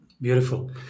beautiful